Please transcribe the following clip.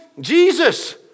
Jesus